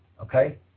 Okay